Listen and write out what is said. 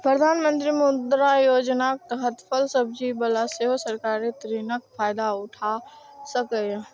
प्रधानमंत्री मुद्रा योजनाक तहत फल सब्जी बला सेहो सरकारी ऋणक फायदा उठा सकैए